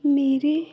मेरे